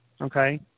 okay